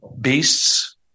beasts